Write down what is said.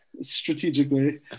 Strategically